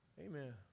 Amen